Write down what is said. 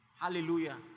hallelujah